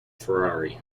ferrari